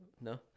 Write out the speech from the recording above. No